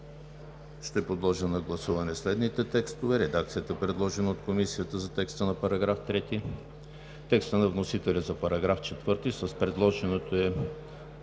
Ще подложа на гласуване следните текстове: редакцията, предложена от Комисията за текста на § 3; текста на вносителя за § 4 с предложеното от